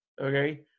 Okay